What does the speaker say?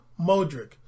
Modric